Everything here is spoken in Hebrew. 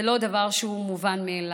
זה לא דבר שהוא מובן מאליו.